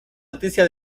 noticia